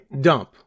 dump